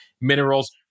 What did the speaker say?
minerals